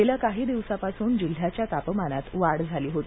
गेल्या काही दिवसापासून जिल्ह्याच्या तापमानात वाढ झाली होती